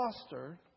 foster